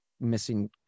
missing